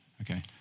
Okay